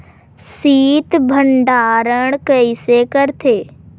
शीत भंडारण कइसे करथे?